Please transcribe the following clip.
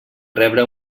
rebre